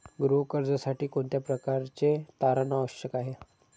गृह कर्जासाठी कोणत्या प्रकारचे तारण आवश्यक आहे?